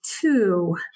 two